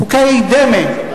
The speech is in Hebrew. חוקי דמה,